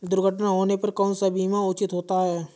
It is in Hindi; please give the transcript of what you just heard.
दुर्घटना होने पर कौन सा बीमा उचित होता है?